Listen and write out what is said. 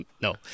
No